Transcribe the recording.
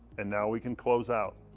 and now we can close out.